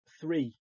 three